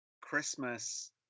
christmas